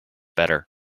better